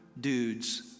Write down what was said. dude's